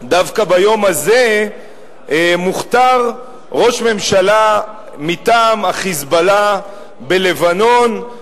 דווקא ביום הזה מוכתר ראש ממשלה מטעם ה"חיזבאללה" בלבנון,